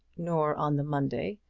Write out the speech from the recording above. nor on the monday,